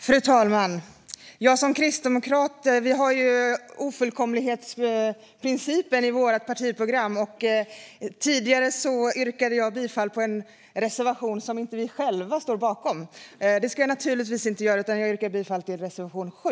Fru talman! Vi kristdemokrater har ju ofullkomlighetsprincipen i vårt partiprogram. Tidigare yrkade jag bifall till en reservation som vi själva inte står bakom. Det ska jag naturligtvis inte göra, utan jag yrkar bifall till reservation 7.